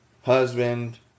Husband